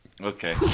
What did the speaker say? Okay